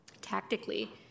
tactically